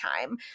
time